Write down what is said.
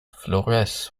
flores